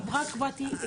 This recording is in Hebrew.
ילד אחד.